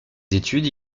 études